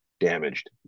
Damaged